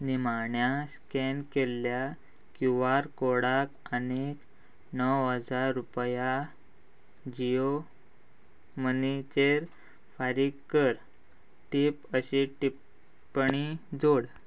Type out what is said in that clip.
निमाण्या स्केन केल्ल्या Q R कोर्डाक आनीक णव हजार रुपया जियो मनीचेर फारीक कर टिप अशी टिपणी जोड